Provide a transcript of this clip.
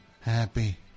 Happy